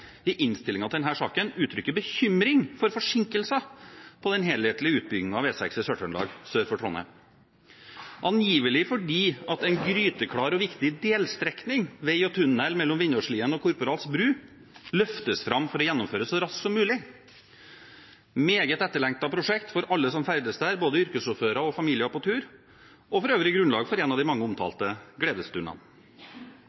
i innstillingen til denne saken uttrykker bekymring for forsinkelser på den helhetlige utbyggingen av E6 i Sør-Trøndelag, sør for Trondheim. Dette er angivelig fordi en gryteklar og viktig delstrekning, vei og tunnel mellom Vindåsliene og Korporals bru, løftes fram for å gjennomføres så raskt som mulig. Dette er et meget etterlengtet prosjekt for alle som ferdes der, både yrkessjåfører og familier på tur – og for øvrig grunnlag for en av de mange omtalte